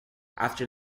after